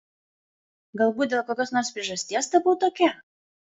galbūt dėl kokios nors priežasties tapau tokia